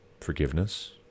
forgiveness